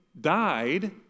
died